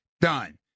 Done